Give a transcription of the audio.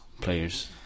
players